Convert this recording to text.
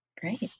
Great